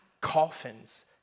coffins